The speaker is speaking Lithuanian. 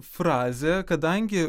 frazė kadangi